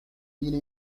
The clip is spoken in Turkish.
yine